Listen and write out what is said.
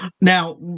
Now